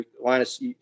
Linus